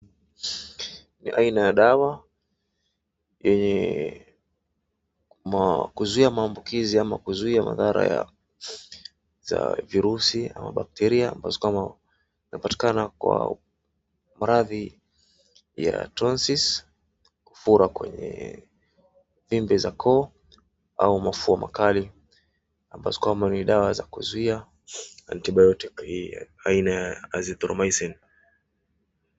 Ni aina ya dawa yenye kuzuia maambukizi ama kuzuia madhara ya virusi au bacteria ambazo kwamba zinapatikana kwa maradhi ya tonsils , kufura kwenye fimbe za koo, au mafua makali ambazo kwamba ni dawa za kuzuia antibiotic hii aina ya azitromycin .